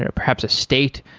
ah perhaps a state.